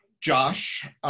Josh